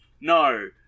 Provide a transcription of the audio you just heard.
no